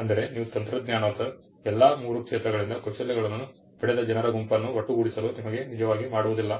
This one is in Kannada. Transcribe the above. ಅಂದರೆ ನೀವು ತಂತ್ರಜ್ಞಾನದ ಎಲ್ಲಾ ಮೂರು ಕ್ಷೇತ್ರಗಳಿಂದ ಕೌಶಲ್ಯಗಳನ್ನು ಪಡೆದ ಜನರ ಗುಂಪನ್ನು ಒಟ್ಟುಗೂಡಿಸಲು ನಿಮಗೆ ನಿಜವಾಗಿ ಮಾಡುವುದಿಲ್ಲ